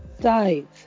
died